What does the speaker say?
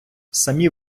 самі